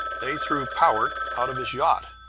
they threw powart out of his yacht!